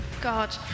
God